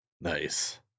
Nice